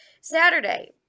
Saturday